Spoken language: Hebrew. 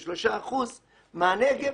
33-30 אחוזים מתושבי הנגב,